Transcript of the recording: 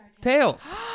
tails